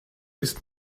ist